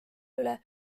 üle